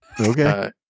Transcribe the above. okay